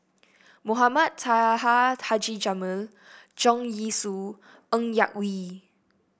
Mohamed Taha Haji Jamil Leong Yee Soo Ng Yak Whee